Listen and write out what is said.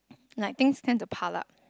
like things tend to pile up